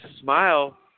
smile